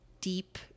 deep